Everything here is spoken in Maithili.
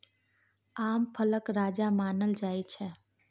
आम फलक राजा मानल जाइ छै